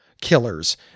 killers